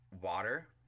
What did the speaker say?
water